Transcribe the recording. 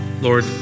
Lord